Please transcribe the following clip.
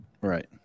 Right